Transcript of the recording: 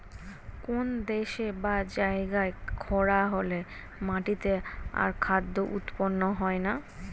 কোন দেশে বা জায়গায় খরা হলে মাটিতে আর খাদ্য উৎপন্ন হয় না